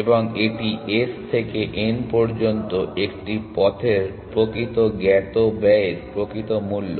এবং এটি S থেকে n পর্যন্ত একটি পথের প্রকৃত জ্ঞাত ব্যয়ের প্রকৃত মূল্য